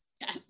yes